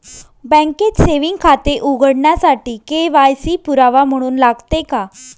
बँकेत सेविंग खाते उघडण्यासाठी के.वाय.सी पुरावा म्हणून लागते का?